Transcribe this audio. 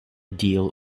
deal